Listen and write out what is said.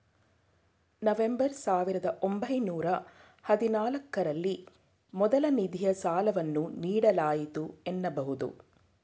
November ಸಾವಿರದ ಒಂಬೈನೂರ ಹದಿನಾಲ್ಕು ರಲ್ಲಿ ಮೊದಲ ನಿಧಿಯ ಸಾಲವನ್ನು ನೀಡಲಾಯಿತು ಎನ್ನಬಹುದು